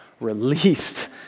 released